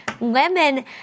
Lemon